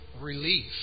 relief